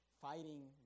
fighting